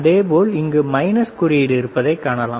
அதேபோல் இங்கு மைனஸ் குறியீடு இருப்பதைக் காணலாம்